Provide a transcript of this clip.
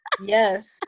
Yes